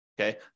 okay